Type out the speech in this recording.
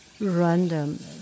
random